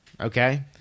Okay